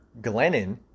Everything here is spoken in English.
Glennon